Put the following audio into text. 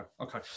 okay